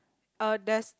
uh there's